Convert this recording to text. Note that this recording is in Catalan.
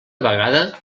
vegada